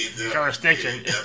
jurisdiction